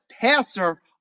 passer